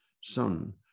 son